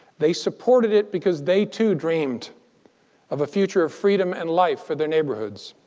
they supported it because they, too, dreamed of a future of freedom and life for their neighborhoods.